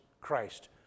Christ